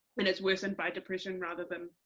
and it's worsened by depression rather than,